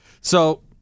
So-